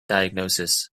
diagnosis